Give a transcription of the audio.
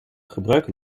gebruiken